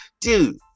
dude